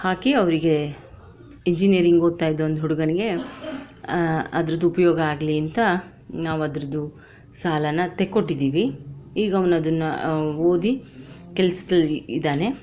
ಹಾಕಿ ಅವರಿಗೆ ಇಂಜಿನಿಯರಿಂಗ್ ಓದ್ತಾ ಇದ್ದ ಒಂದು ಹುಡುಗನಿಗೆ ಅದ್ರದ್ ಉಪಯೋಗ ಆಗಲಿ ಅಂತ ನಾವು ಅದರದ್ದು ಸಾಲನ ತೆಕ್ಕೊಟ್ಟಿದ್ದೀವಿ ಈಗ ಅವ್ನು ಅದನ್ನ ಓದಿ ಕೆಲಸ್ದಲ್ಲಿ ಇದ್ದಾನೆ